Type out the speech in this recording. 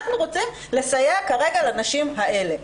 אנחנו רוצים לסייע כרגע לנשים האלה.